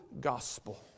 gospel